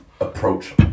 Approach